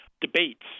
Debates